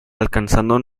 alcanzando